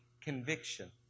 conviction